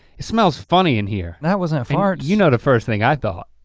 it smells funny in here. that wasn't farts. you know the first thing i thought.